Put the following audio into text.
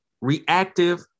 reactive